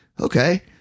okay